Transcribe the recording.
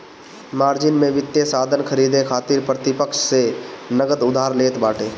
margin में वित्तीय साधन खरीदे खातिर प्रतिपक्ष से नगद उधार लेत बाटे